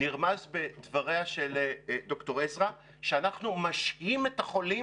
נרמז בדבריה של ד"ר עזרא שאנחנו משהים את החולים